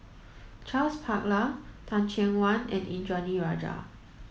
Charles Paglar Teh Cheang Wan and Indranee Rajah